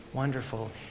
wonderful